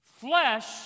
Flesh